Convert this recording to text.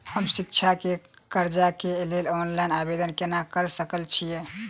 हम शिक्षा केँ कर्जा केँ लेल ऑनलाइन आवेदन केना करऽ सकल छीयै?